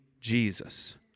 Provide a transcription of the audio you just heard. Jesus